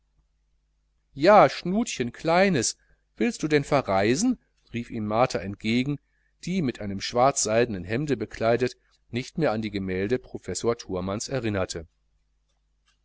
ja schnutchen kleines willst du denn verreisen rief ihm martha entgegen die mit einem schwarzseidenen hemde bekleidet nicht mehr an die gemälde professor thumanns erinnerte